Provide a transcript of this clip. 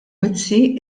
mizzi